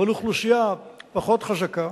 אבל אוכלוסייה פחות חזקה,